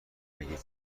اگه